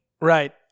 Right